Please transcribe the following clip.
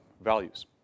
values